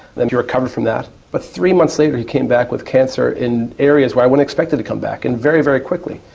and he recovered from that. but three months later he came back with cancer in areas where i wouldn't expect it to come back, and very, very quickly.